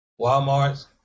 Walmarts